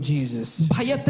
Jesus